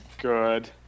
Good